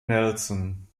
nelson